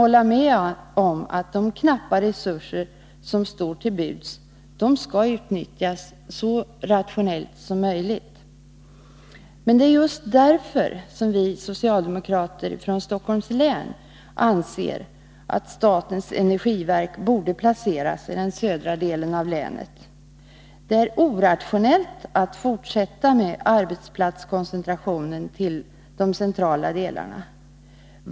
Visst skall de knappa resurser som står till buds utnyttjas så rationellt som möjligt. Men det är just därför vi socialdemokrater från Stockholms län anser att statens energiverk borde placeras i den södra delen av länet. Det är orationellt att fortsätta med arbetsplatskoncentrationen till de centrala delarna.